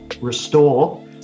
restore